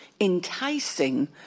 enticing